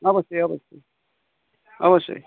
অবশ্যই অবশ্যই অবশ্যই